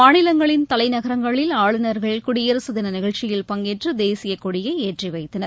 மாநிலங்களின் தலைநகரங்களில் ஆளுநர்கள் குடியரசு தின நிகழ்ச்சியில் பங்கேற்று தேசிய கொடியை ஏற்றிவைத்தனர்